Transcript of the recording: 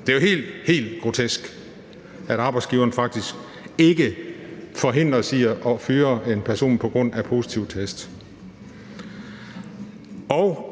Det er jo helt, helt grotesk, at arbejdsgiveren faktisk ikke forhindres i at fyre en person på grund af en positiv test.